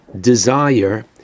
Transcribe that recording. desire